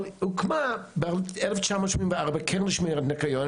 אבל הוקמה ב-1984 קרן שמירת ניקיון,